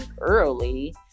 early